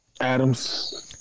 Adams